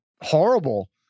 horrible